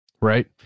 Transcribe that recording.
Right